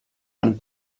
einem